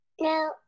No